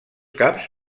caps